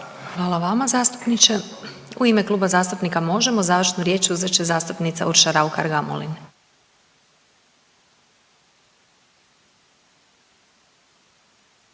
Hvala vama zastupniče. U ime Kluba zastupnika Možemo! završnu riječ uzet će zastupnica Urša Raukar Gamulin.